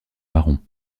marron